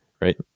Right